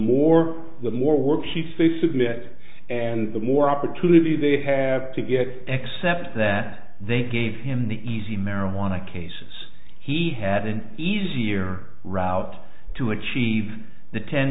more the more work he speaks submit and the more opportunity they have to get accepted that they gave him the easy marijuana cases he had an easier route to achieve the ten